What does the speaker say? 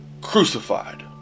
Crucified